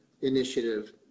initiative